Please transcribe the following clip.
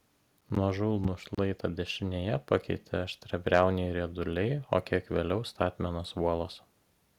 nuožulnų šlaitą dešinėje pakeitė aštriabriauniai rieduliai o kiek vėliau statmenos uolos